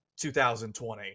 2020